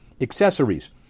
accessories